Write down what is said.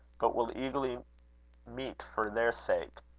but will eagerly meet for their sakes,